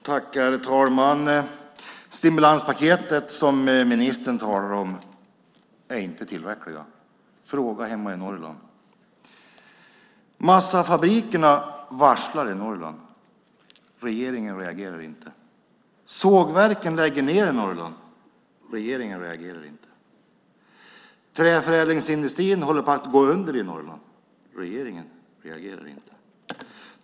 Herr talman! Det stimulanspaket som ministern talar om är inte tillräckligt. Det kan man fråga människorna hemma i Norrland om. Massafabrikerna i Norrland varslar. Regeringen reagerar inte. Sågverken lägger ned verksamhet i Norrland. Regeringen reagerar inte. Träförädlingsindustrin i Norrland håller på att gå under. Regeringen reagerar inte.